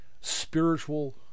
spiritual